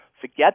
forget